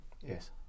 Yes